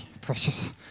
precious